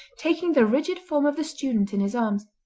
taking the rigid form of the student in his arms,